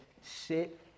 sit